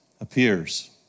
appears